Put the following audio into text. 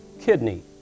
Kidney